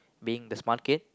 being the smart kid